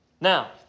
Now